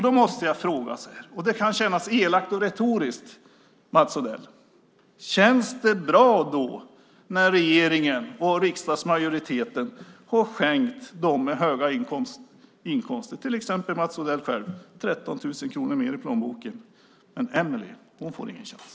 Då måste jag fråga, och det kan kännas elakt och retoriskt, Mats Odell: Känns det bra när regeringen och riksdagsmajoriteten har skänkt dem med höga inkomster, till exempel Mats Odell själv, 13 000 kronor mer i plånboken men Emilie får ingen chans?